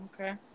Okay